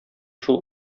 шул